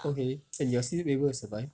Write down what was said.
okay and you are still able to survive